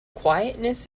quietness